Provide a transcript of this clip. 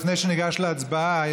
לפני שניגש להצבעה,